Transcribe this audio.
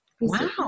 wow